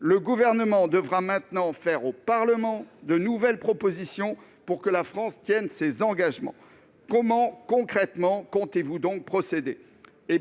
Le Gouvernement doit maintenant faire au Parlement de nouvelles propositions pour que la France tienne ses engagements. Comment, concrètement, comptez-vous donc procéder ?